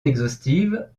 exhaustive